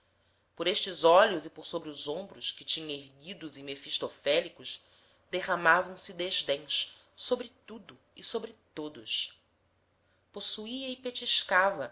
por estes olhos e por sobre os ombros que tinha erguidos e mefistofélicos derramavam se desdéns sobre tudo e sobre todos possuía e petiscava